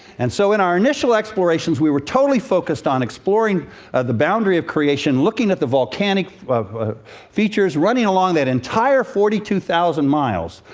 and so in our initial explorations, we were totally focused on exploring the boundary of creation, looking at the volcanic features running along that entire forty two thousand miles.